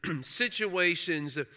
situations